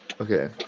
Okay